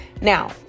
Now